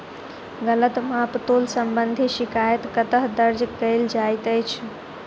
गलत माप तोल संबंधी शिकायत कतह दर्ज कैल जाइत अछि?